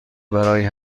برای